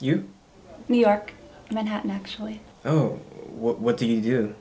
you new york manhattan actually oh what did you